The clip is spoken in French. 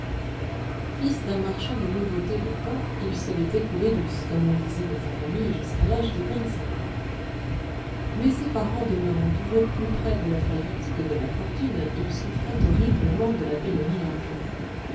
fils d'un marchand de nouveautés de caen il se l'était coulé douce comme on disait dans sa famille jusqu'à l'âge de vingt-cinq ans mais ses parents demeurant toujours plus près de la faillite que de la fortune il souffrait horriblement de la pénurie d'argent